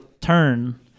turn